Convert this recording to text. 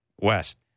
West